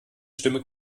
stimme